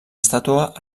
estàtua